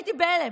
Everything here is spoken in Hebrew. הייתי בהלם.